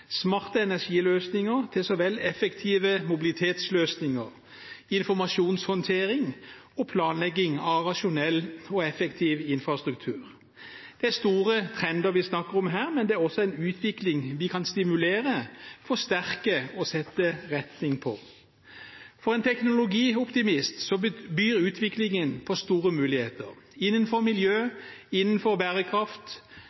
smarte energiløsninger til effektive mobilitetsløsninger, informasjonshåndtering og planlegging av rasjonell og effektiv infrastruktur. Det er store trender vi snakker om her, men det er også en utvikling vi kan stimulere, forsterke og sette retning på. For en teknologioptimist byr utviklingen på store muligheter innenfor